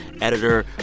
editor